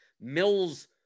Mills